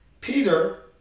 Peter